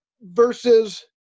versus